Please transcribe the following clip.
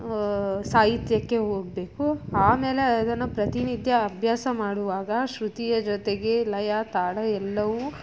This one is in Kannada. ಸಾಹಿತ್ಯಕ್ಕೆ ಹೋಗ್ಬೇಕು ಆಮೇಲೆ ಅದನ್ನು ಪ್ರತಿ ನಿತ್ಯ ಅಭ್ಯಾಸ ಮಾಡುವಾಗ ಶ್ರುತಿಯ ಜೊತೆಗೆ ಲಯ ತಾಳ ಎಲ್ಲವೂ